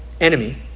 enemy